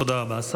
תודה רבה.